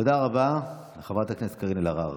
תודה רבה לחברת הכנסת קארין אלהרר.